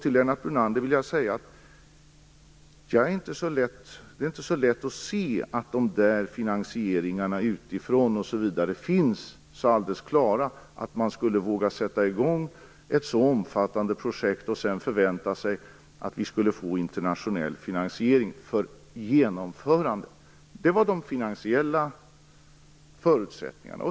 Till Lennart Brunander vill jag säga att det inte är lätt att se så klara möjligheter till finansiering utifrån att man skulle våga sätta i gång ett så omfattande projekt i förväntan på att sedan få en internationell finansiering av dess genomförande. Detta gällde de finansiella förutsättningarna.